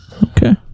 Okay